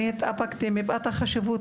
מפאת החשיבות,